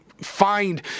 find